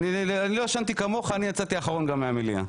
אני לא ישנתי כמוך, אני יצאתי אחרון מהמליאה.